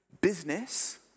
business